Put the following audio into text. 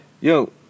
Yo